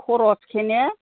खरसखैनो